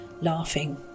laughing